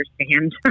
understand